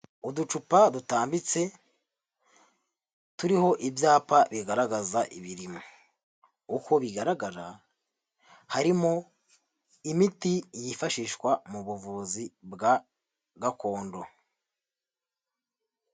Uducupa dutambitse turiho ibyapa bigaragaza ibirimo, uko bigaragara harimo imiti yifashishwa mu buvuzi bwa gakondo.